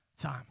time